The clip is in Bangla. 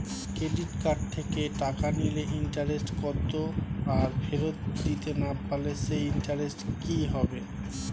ক্রেডিট কার্ড থেকে টাকা নিলে ইন্টারেস্ট কত আর ফেরত দিতে না পারলে সেই ইন্টারেস্ট কি হবে?